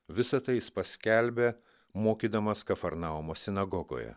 visa tai jis paskelbė mokydamas kafarnaumo sinagogoje